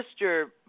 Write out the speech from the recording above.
Mr